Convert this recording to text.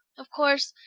of course,